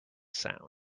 sound